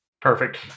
Perfect